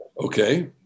Okay